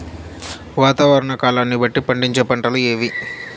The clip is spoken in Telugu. వాతావరణ కాలాన్ని బట్టి పండించే పంటలు ఏవి?